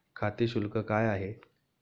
खाते शुल्क काय आहे?